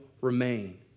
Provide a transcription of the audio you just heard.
remain